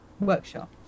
workshop